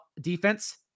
defense